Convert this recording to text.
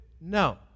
No